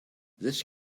this